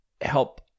help